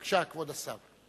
בבקשה, כבוד השר.